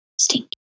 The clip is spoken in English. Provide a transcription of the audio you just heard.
Stinky